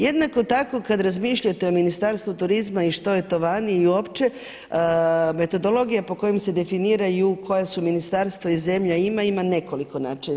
Jednako tako kad razmišljate o Ministarstvu turizma i što je to vani i opće, metodologije po kojem se definiraju koja su ministarstva i zemlje, ima nekoliko načina.